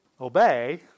obey